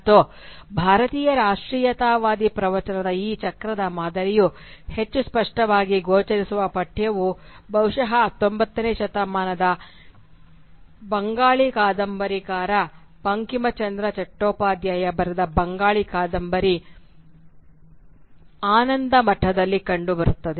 ಮತ್ತು ಭಾರತೀಯ ರಾಷ್ಟ್ರೀಯತಾವಾದಿ ಪ್ರವಚನದ ಈ ಚಕ್ರದ ಮಾದರಿಯು ಹೆಚ್ಚು ಸ್ಪಷ್ಟವಾಗಿ ಗೋಚರಿಸುವ ಪಠ್ಯವು ಬಹುಶಃ 19 ನೇ ಶತಮಾನದ ಬಂಗಾಳಿ ಕಾದಂಬರಿಕಾರ ಬಂಕಿಂಚಂದ್ರ ಚಟ್ಟೋಪಾಧ್ಯಾಯ ಬರೆದ ಬಂಗಾಳಿ ಕಾದಂಬರಿ "ಆನಂದಮಠ" ದಲ್ಲಿ ಕಂಡುಬರುತ್ತದೆ